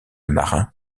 marin